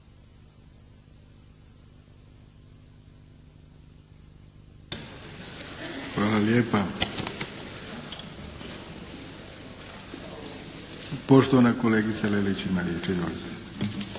Hvala lijepa. Poštovana kolegica Lelić ima riječ.